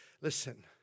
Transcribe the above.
Listen